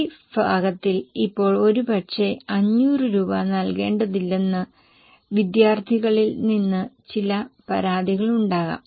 C ഭാഗത്തിൽ ഇപ്പോൾ ഒരുപക്ഷെ 500 രൂപ നൽകേണ്ടതില്ലെന്ന് വിദ്യാർത്ഥികളിൽ നിന്ന് ചില പരാതികൾ ഉണ്ടാകാം